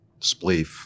spleef